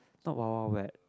not Wild-Wild-Wet